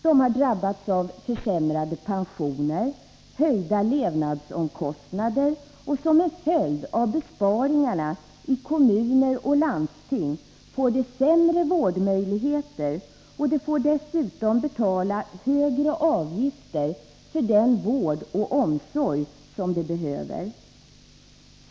De har drabbats av försämrade pensioner och höjda levnadsomkostnader, som en följd av besparingarna i kommuner och landsting får de sämre vårdmöjligheter, och de får dessutom betala högre avgifter för den vård och omsorg som de behöver.